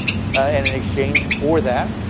and in exchange for that,